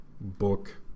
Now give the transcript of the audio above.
book